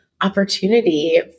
opportunity